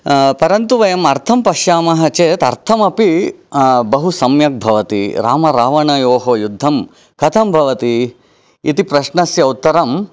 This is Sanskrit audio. परन्तु वयम् अर्थं पश्यामः चेत् अर्थमपि बहु सम्यक् भवति रामरावणयोः युद्धं कथं भवति इति प्रश्नस्य उत्तरम्